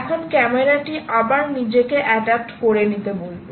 এখন ক্যামেরাটি আবার নিজেকে এডাপ্ট করে নিতে বলবে